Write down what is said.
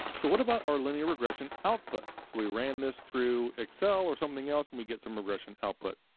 so what about our linear regression output? so we ran this through excel or something else and we get some regression output.